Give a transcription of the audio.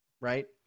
right